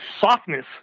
softness